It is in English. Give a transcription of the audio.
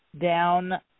down